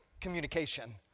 communication